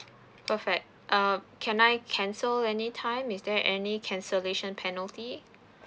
perfect um can I cancel any time is there any cancellation penalty